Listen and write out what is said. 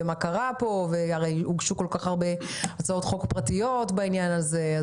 במיוחד אחרי שהוגשו כל כך הרבה הצעות חוק פרטיות בעניין הזה.